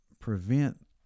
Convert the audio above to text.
prevent